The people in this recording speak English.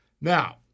Now